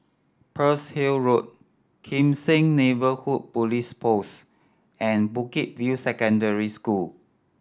Pearl's Hill Road Kim Seng Neighbourhood Police Post and Bukit View Secondary School